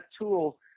tool